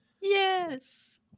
Yes